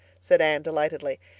said anne delightedly.